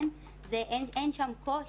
אין שם קושי,